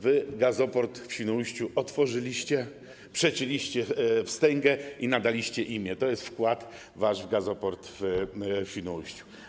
Wy gazoport w Świnoujściu otworzyliście, przecięliście wstęgę i nadaliście imię, to jest wasz wkład w gazoport w Świnoujściu.